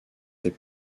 ces